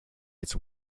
its